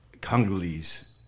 Congolese